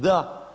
Da.